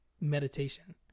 meditation